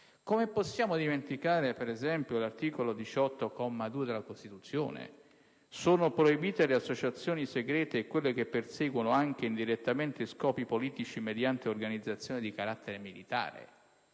Come possiamo dimenticare, per esempio, l'articolo 18, comma 2, della Costituzione che recita: «Sono proibite le associazioni segrete e quelle che perseguono, anche indirettamente, scopi politici mediante organizzazioni di carattere militare»?